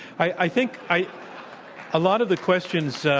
i think i a lot of the questions so